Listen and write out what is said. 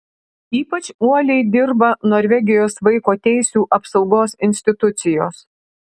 ypač uoliai dirba norvegijos vaiko teisių apsaugos institucijos